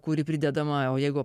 kuri pridedama o jeigu